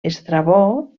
estrabó